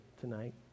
tonight